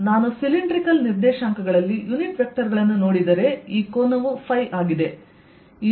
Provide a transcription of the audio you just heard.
ನಾನು ಸಿಲಿಂಡ್ರಿಕಲ್ ನಿರ್ದೇಶಾಂಕಗಳಲ್ಲಿ ಯುನಿಟ್ ವೆಕ್ಟರ್ಗಳನ್ನು ನೋಡಿದರೆ ಈ ಕೋನವು ಫೈ ಆಗಿದೆ ಈ ಅಂತರವು S ಮತ್ತು ಈ ಎತ್ತರವು z ಆಗಿದೆ